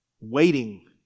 waiting